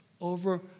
over